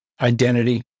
identity